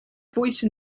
voice